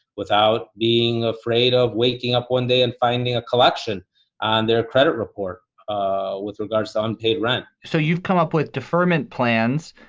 without being afraid of waking up one day and finding a collection on their credit report ah with regards to unpaid rent so you've come up with deferment plans.